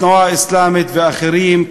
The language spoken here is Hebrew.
התנועה האסלאמית ואחרים,